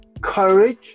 courage